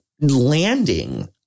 landing